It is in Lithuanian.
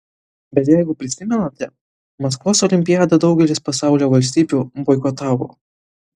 bet jeigu prisimenate maskvos olimpiadą daugelis pasaulio valstybių boikotavo